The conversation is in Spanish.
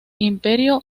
imperio